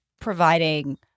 providing